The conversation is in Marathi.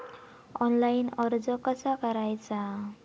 ऑनलाइन कर्ज कसा करायचा?